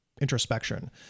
introspection